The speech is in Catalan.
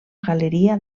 galeria